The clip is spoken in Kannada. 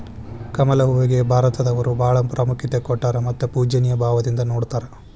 ಕಮಲ ಹೂವಿಗೆ ಭಾರತದವರು ಬಾಳ ಪ್ರಾಮುಖ್ಯತೆ ಕೊಟ್ಟಾರ ಮತ್ತ ಪೂಜ್ಯನಿಯ ಭಾವದಿಂದ ನೊಡತಾರ